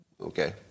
Okay